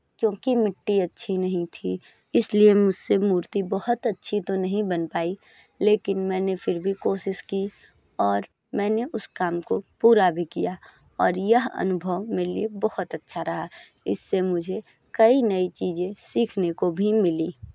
क्योंकि मिट्टी अच्छी नहीं थी इसलिए मुझसे मूर्ति बहुत अच्छी तो नहीं बन पाई लेकिन मैंने फिर भी कोशिश की और मैंने उस काम को पूरा भी किया और यह अनुभव मेरे लिए बहुत अच्छा रहा इससे मुझे कई नई चीज़ें सीखने को भी मिलीं